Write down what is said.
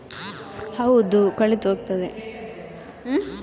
ಕೆಲವು ಗಿಡಗಳಿಗೆ ತುಂಬಾ ನೀರು ಬೇಕು ಅವಾಗ ಎಂತ, ಕಮ್ಮಿ ನೀರು ಬೇಕಾಗುವ ಗಿಡ ಕೊಳೆತು ಹೋಗುತ್ತದಾ?